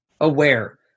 aware